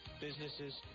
businesses